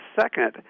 second